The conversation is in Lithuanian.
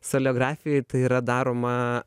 soleografijoj tai yra daroma